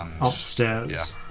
upstairs